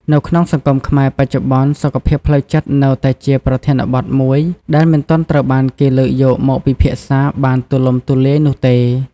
នៅក្នុងសង្គមខ្មែរបច្ចុប្បន្ន សុខភាពផ្លូវចិត្តនៅតែជាប្រធានបទមួយដែលមិនទាន់ត្រូវបានគេលើកយកមកពិភាក្សាបានទូលំទូលាយនោះទេ។